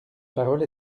parole